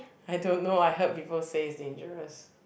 I don't know I heard people say it's dangerous